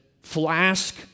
flask